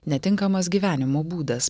netinkamas gyvenimo būdas